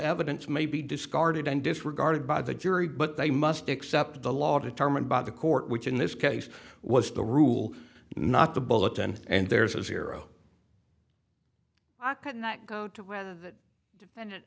evidence may be discarded and disregarded by the jury but they must accept the law determined by the court which in this case was the rule not the bullet and there's a zero i could not go to whether the defendant